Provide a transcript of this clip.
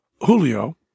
Julio